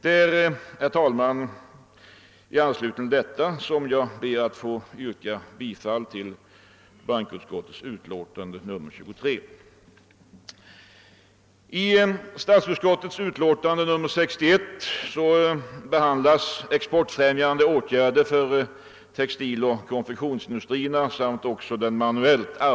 Det är, herr talman, i anslutning till detta som jag ber att få yrka bifall till bankoutskottets förslag i dess utlåtande nr 23.